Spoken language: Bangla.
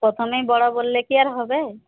প্রথমেই বড় বললে কি আর হবে